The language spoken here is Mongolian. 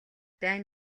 дайн